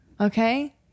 Okay